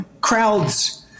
Crowds